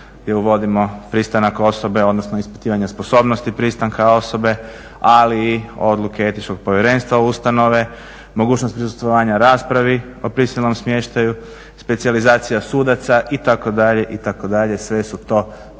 gdje uvodimo pristanak osobe, odnosno ispitivanja sposobnosti pristanka osobe, ali i odluke etičkog povjerenstva ustanove, mogućnost prisustvovanja raspravi o prisilnom smještaju, specijalizacija sudaca itd., itd. Sve su to pozitivni